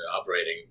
operating